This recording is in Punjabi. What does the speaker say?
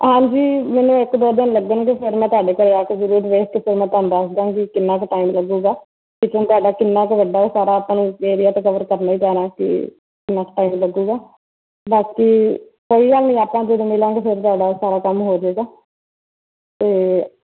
ਹਾਂਜੀ ਮੈਨੂੰ ਇੱਕ ਦੋ ਦਿਨ ਲੱਗਣਗੇ ਸਰ ਮੈਂ ਤੁਹਾਡੇ ਪਰਿਵਾਰ ਤੋਂ ਜ਼ਰੂਰ ਵੇਖ ਕੇ ਅਤੇ ਮੈਂ ਤੁਹਾਨੂੰ ਦੱਸ ਦਾਂਗੀ ਕਿੰਨਾ ਕੁ ਟਾਈਮ ਲੱਗੇਗਾ ਕਿਚਨ ਤੁਹਾਡਾ ਕਿੰਨਾ ਕੁ ਵੱਡਾ ਸਾਰਾ ਆਪਾਂ ਨੂੰ ਏਰੀਆ ਤਾਂ ਕਵਰ ਕਰਨਾ ਹੀ ਪੈਣਾ ਕਿ ਲੱਗਦਾ ਬਾਕੀ ਕੋਈ ਗੱਲ ਨਹੀਂ ਆਪਾਂ ਜਦੋਂ ਮਿਲਾਂਗੇ ਫਿਰ ਤੁਹਾਡਾ ਸਾਰਾ ਕੰਮ ਹੋ ਜਾਵੇਗਾ ਅਤੇ